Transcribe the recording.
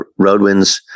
roadwinds